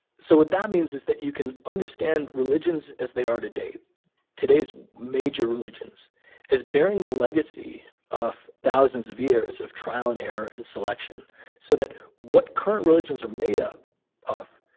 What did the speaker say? so what that means is that you can understand religions as they are today today's major religions as bearing the legacy of thousands of years of trial and error and selection so that what current religions are made up of,